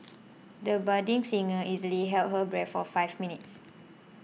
the budding singer easily held her breath for five minutes